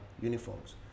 uniforms